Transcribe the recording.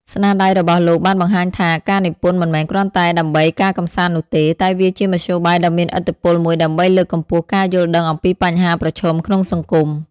ស្នាដៃរបស់លោកបានបង្ហាញថា ការនិពន្ធមិនមែនគ្រាន់តែដើម្បីការកម្សាន្តនោះទេ តែវាជាមធ្យោបាយដ៏មានឥទ្ធិពលមួយដើម្បីលើកកម្ពស់ការយល់ដឹងអំពីបញ្ហាប្រឈមក្នុងសង្គម។